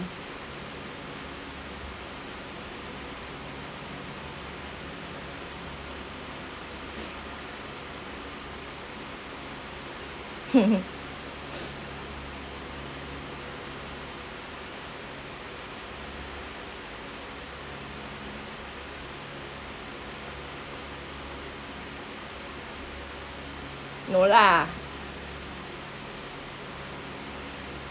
no lah